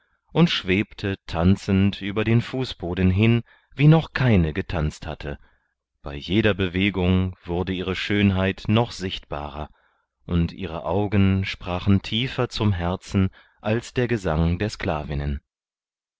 und schwebte tanzend über den fußboden hin wie noch keine getanzt hatte bei jeder bewegung wurde ihre schönheit noch sichtbarer und ihre augen sprachen tiefer zum herzen als der gesang der sklavinnen